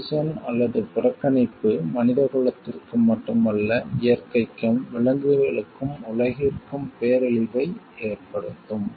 commission அல்லது புறக்கணிப்பு மனிதகுலத்திற்கு மட்டுமல்ல இயற்கைக்கும் விலங்குகளுக்கும் உலகிற்கும் பேரழிவை ஏற்படுத்தும்